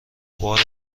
بار